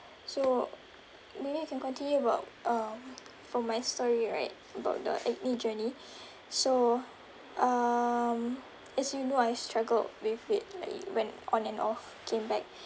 so maybe you can continue about um from my story right about the acne journey so um as you know I struggled with it like went on and off came back